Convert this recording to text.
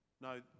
No